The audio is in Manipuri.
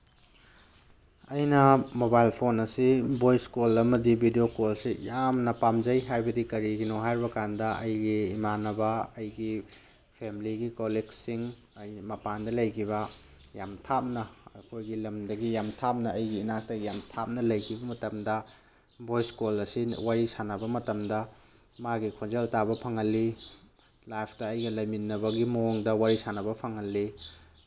ꯑꯩꯅ ꯃꯣꯕꯥꯏꯜ ꯐꯣꯟ ꯑꯁꯤ ꯚꯣꯏꯁ ꯀꯣꯜ ꯑꯃꯗꯤ ꯚꯤꯗꯤꯑꯣ ꯀꯣꯜꯁꯤ ꯌꯥꯝꯅ ꯄꯥꯝꯖꯩ ꯍꯥꯏꯕꯗꯤ ꯀꯔꯤꯒꯤꯅꯣ ꯍꯥꯏꯕ ꯀꯥꯟꯗ ꯑꯩꯒꯤ ꯏꯃꯥꯟꯅꯕ ꯑꯩꯒꯤ ꯐꯦꯃꯤꯂꯤꯒꯤ ꯀꯂꯤꯛꯁꯤꯡ ꯃꯄꯥꯟꯗ ꯂꯩꯈꯤꯕ ꯌꯥꯝ ꯊꯥꯞꯅ ꯑꯩꯈꯣꯏꯒꯤ ꯂꯝꯗꯒꯤ ꯌꯥꯝ ꯊꯥꯞꯅ ꯑꯩꯒꯤ ꯏꯅꯥꯛꯇꯒꯤ ꯌꯥꯝ ꯊꯥꯞꯅ ꯂꯩꯈꯤꯕ ꯃꯇꯝꯗ ꯚꯣꯏꯁ ꯀꯣꯜ ꯑꯁꯤꯅ ꯋꯥꯔꯤ ꯁꯥꯅꯕ ꯃꯇꯝꯗ ꯃꯥꯒꯤ ꯈꯣꯟꯖꯦꯜ ꯇꯥꯕ ꯐꯪꯍꯜꯂꯤ ꯂꯥꯏꯐꯇ ꯑꯩꯒ ꯂꯩꯃꯤꯟꯅꯕꯒꯤ ꯃꯑꯣꯡꯗ ꯋꯥꯔꯤ ꯁꯥꯅꯕ ꯐꯪꯍꯜꯂꯤ